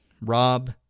Rob